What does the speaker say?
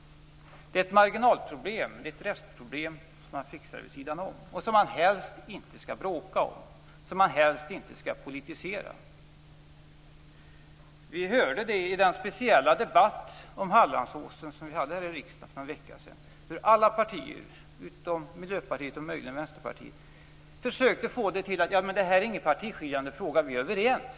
Det är ett marginalproblem, det är ett restproblem som man fixar vid sidan om och som man helst inte skall bråka om, som man helst inte skall politisera. Vi hörde i den speciella debatt om Hallandsåsen som vi hade här i riksdagen för någon vecka sedan hur alla partier utom Miljöpartiet och möjligen Vänsterpartiet försökte få det till att det inte var någon partiskiljande fråga. Man sade: Vi är överens.